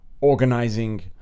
organizing